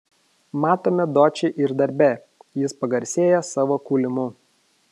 matome dočį ir darbe jis pagarsėja savo kūlimu